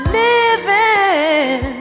living